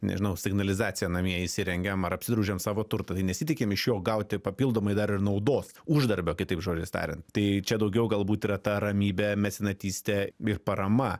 nežinau signalizaciją namie įsirengiam ar apsidraudžiam savo turtą tai nesitikim iš jo gauti papildomai dar ir naudos uždarbio kitaip žodžiais tariant tai čia daugiau galbūt yra ta ramybė mecenatystė ir parama